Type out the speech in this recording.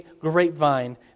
grapevine